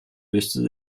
löste